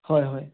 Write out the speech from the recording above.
হয় হয়